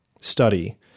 study